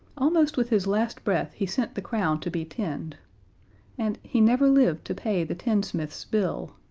almost with his last breath he sent the crown to be tinned and he never lived to pay the tinsmith's bill.